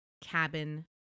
Cabin